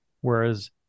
Whereas